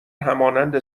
همانند